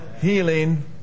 Healing